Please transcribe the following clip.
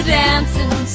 dancing